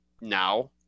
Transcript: now